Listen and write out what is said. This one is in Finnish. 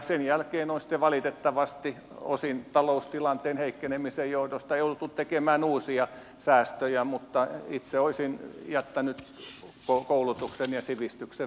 sen jälkeen on sitten valitettavasti osin taloustilanteen heikkenemisen johdosta jouduttu tekemään uusia säästöjä mutta itse olisin jättänyt koulutuksen ja sivistyksen vähemmälle